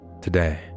today